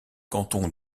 canton